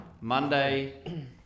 Monday